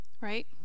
Right